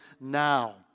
now